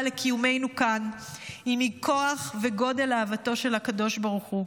לקיומנו כאן היא מכוח וגודל אהבתו של הקדוש ברוך הוא,